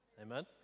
Amen